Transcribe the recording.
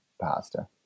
pasta